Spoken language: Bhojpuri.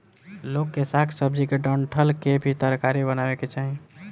लोग के साग सब्जी के डंठल के भी तरकारी बनावे के चाही